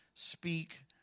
Speak